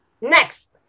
Next